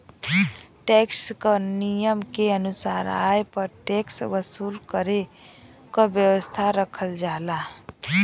tax क नियम के अनुसार आय पर टैक्स वसूल करे क व्यवस्था रखल जाला